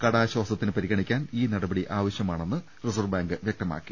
കടാശ്വാസത്തിന് പരിഗണിക്കാൻ ഈ നടപടി ആവശ്യമാ ണെന്ന് റിസർവ് ബാങ്ക് വ്യക്തമാക്കി